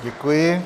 Děkuji.